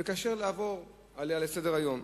וקשה לעבור עליה לסדר-היום.